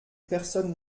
personne